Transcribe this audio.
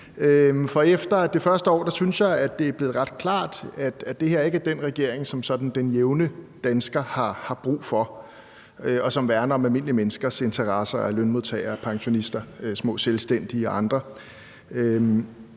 For efter det første år synes jeg at det er blevet ret klart, at det her ikke er den regering, som sådan den jævne dansker har brug for, og som værner om almindelige menneskers interesser, altså lønmodtageres, pensionisters, små selvstændiges og andres.